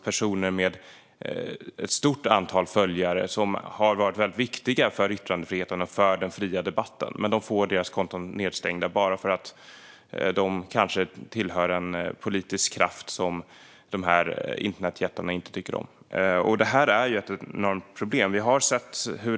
Personer med ett stort antal följare och som har varit viktiga för yttrandefriheten och den fria debatten får sina konton nedstängda för att de tillhör en politisk kraft som internetjättarna inte tycker om. Detta är ett stort problem.